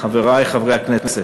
חברי חברי הכנסת,